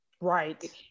Right